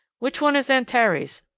which one is antares?